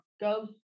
go